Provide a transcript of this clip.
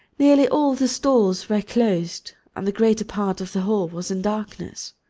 nearly all the stalls were closed and the greater part of the hall was in darkness.